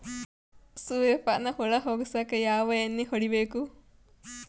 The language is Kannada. ಸುರ್ಯಪಾನ ಹುಳ ಹೊಗಸಕ ಯಾವ ಎಣ್ಣೆ ಹೊಡಿಬೇಕು?